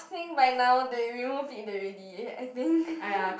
think by now they removed it already I think